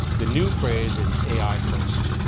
the new phrase is, ai first.